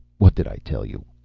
what did i tell you?